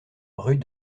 route